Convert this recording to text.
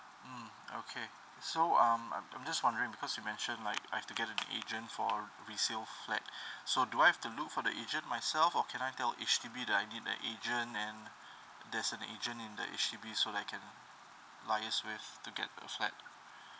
mm okay so um I'm I'm just wondering because you mention like I've to get a agent for resale flat so do I have to look for the agent myself or can I tell H_D_B that I need an agent and there's an agent in the H_D_B so that I can liaise with to get the flat